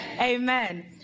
Amen